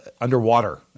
underwater